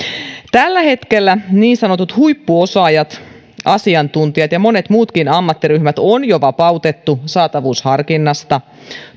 tällä hetkellä niin sanotut huippuosaajat asiantuntijat ja monet muutkin ammattiryhmät on jo vapautettu saatavuusharkinnasta